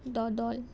दोदोल